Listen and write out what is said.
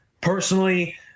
personally